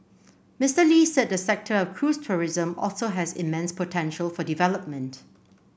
Mister Lee said the sector of cruise tourism also has immense potential for development